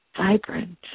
vibrant